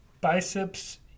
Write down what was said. biceps